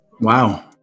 Wow